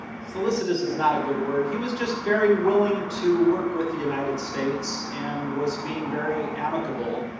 solicitous is not a good word. he was just very willing to work with the united states, and was being very amicable.